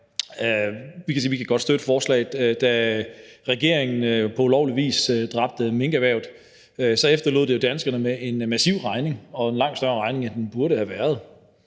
nogen ting. Vi kan godt støtte lovforslaget. Da regeringen på ulovlig vis dræbte minkerhvervet, efterlod det jo danskerne med en massiv regning – en regning, der var langt større, end den burde have været.